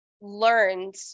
learned